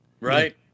Right